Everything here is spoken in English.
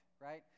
right